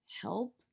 help